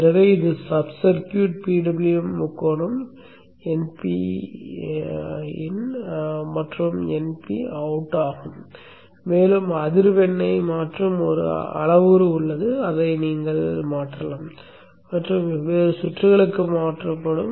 எனவே இது sub circuit PWM முக்கோணம் np இன் மற்றும் np அவுட் ஆகும் மேலும் அதிர்வெண்ணை மாற்றும் ஒரு அளவுரு உள்ளது அதை நீங்கள் மாற்றலாம் மற்றும் வெவ்வேறு சுற்றுகளுக்கு மாறுபடும்